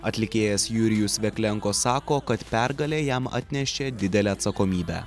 atlikėjas jurijus veklenko sako kad pergalė jam atnešė didelę atsakomybę